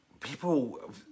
people